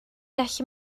gallu